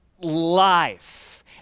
life